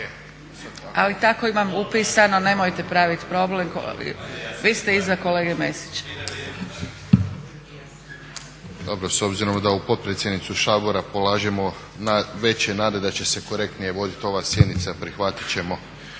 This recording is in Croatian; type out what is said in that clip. Tako imam upisano nemojte praviti problem. Vi ste iza kolege Mesića.